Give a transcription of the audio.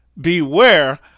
Beware